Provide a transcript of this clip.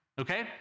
okay